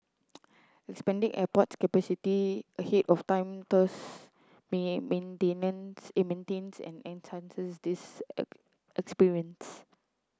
expanding airport capacity ahead of time thus maintains and enhances this experience